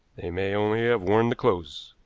they may only have worn the clothes.